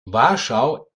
warschau